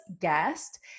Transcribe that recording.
guest